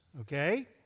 okay